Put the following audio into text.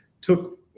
took